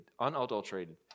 unadulterated